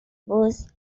was